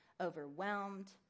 overwhelmed